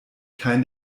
kein